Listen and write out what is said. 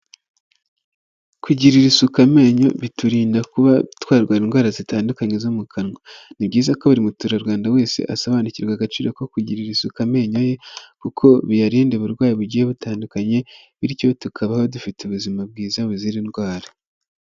Kugirira isuka amenyo biturinda kuba twarwara indwara zitandukanye zo mu kanwa, ni byiza ko buri muturarwanda wese asobanukirwa agaciro ko kugirira isuku amenyo ye, kuko biyarinda uburwayi bugiye butandukanye, bityo tukabaho dufite ubuzima bwiza buzira indwara.